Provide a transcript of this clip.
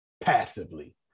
passively